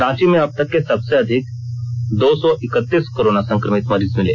रांची में अब तक के सबसे अधिक दो सौ इक्कतीस कोरोना संकमित मरीज मिले